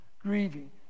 grieving